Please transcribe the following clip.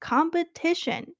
Competition